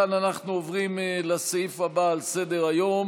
מכאן אנחנו עוברים לסעיף הבא על סדר-היום,